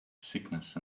sickness